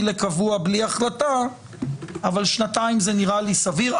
לקבוע בלי החלטה אבל שנתיים זה נראה לי סביר.